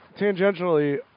Tangentially